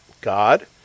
God